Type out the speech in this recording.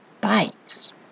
bites